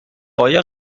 قایق